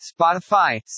Spotify